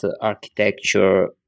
architecture